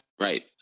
Right